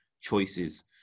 choices